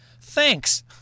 Thanks